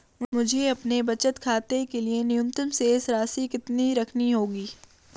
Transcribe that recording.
मुझे अपने बचत खाते के लिए न्यूनतम शेष राशि कितनी रखनी होगी?